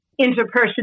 interpersonal